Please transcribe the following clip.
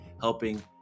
helping